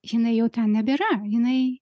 jinai jau ten nebėra jinai